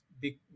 big